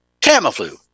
Tamiflu